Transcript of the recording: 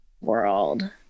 world